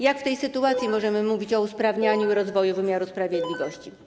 Jak w tej sytuacji możemy mówić o usprawnianiu i rozwoju wymiaru sprawiedliwości?